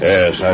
Yes